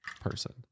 person